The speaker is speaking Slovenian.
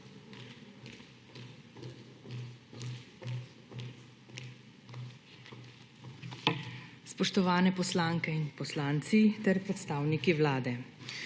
Spoštovane poslanke in poslanci ter predstavniki Vlade!